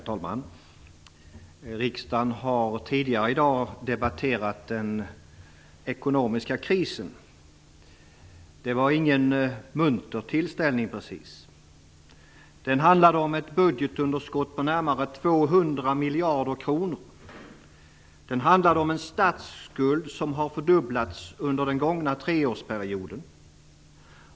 Herr talman! Riksdagen har tidigare i dag debatterat den ekonomiska krisen. Det var ingen munter tillställning precis. Den handlade om ett budgetunderskott på närmare 200 miljarder kronor och om en statsskuld som har fördubblats under den gångna treårsperioden.